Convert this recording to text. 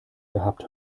gehabt